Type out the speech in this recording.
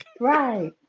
Right